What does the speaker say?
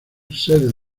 sede